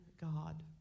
God